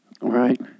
right